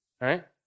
Right